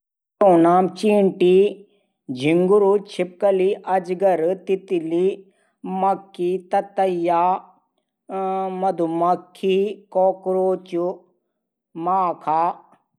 गुलाब, dahlia सूरजमुखी marigold lily सुतराज। डुंडबिरली।